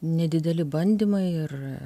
nedideli bandymai ir